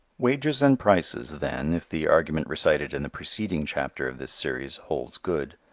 wages and prices, then, if the argument recited in the preceding chapter of this series holds good,